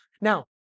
Now